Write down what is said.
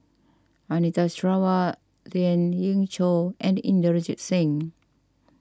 Anita Sarawak Lien Ying Chow and Inderjit Singh